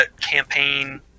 campaign